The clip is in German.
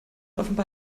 offenbar